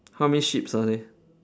how many sheeps are there